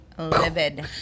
livid